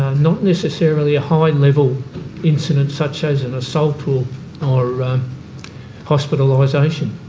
not necessarily a high level incident such as an assault or or hospitalisation.